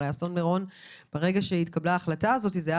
באסון מירון ברגע שהתקבלה ההחלטה הזאת זה היה